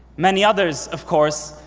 many others, of course,